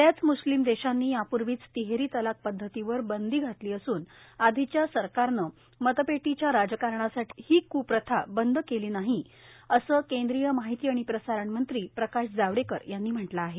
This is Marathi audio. बऱ्याच मुस्लिम देशांनी यापूर्वीच तिहेरी तलाक पद्धतीवर बंदी घातली असून आधीच्या सरकारनं मतपेटीच्या राजकारणासाठी ही कूप्रथा बंद केली नाही असं केंद्रीय माहिती आणि प्रसारण मंत्री प्रकाश जावडेकर यांनी म्हटलं आहे